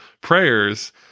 prayers